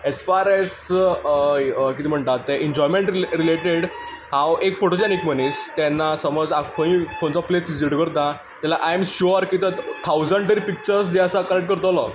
as far as कित म्हणटात तें इन्जॉयमेंट रिलेटीड हांव एक फोटोजेनीक मनीस तेन्ना समज हांव खंयी खंयचो प्लेस विजीट करतां जाल्यार आय एम श्युअर की थंय थाउजंड तरी पिचर्स जे आसा कलेक्ट करतलों